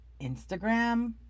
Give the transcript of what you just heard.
Instagram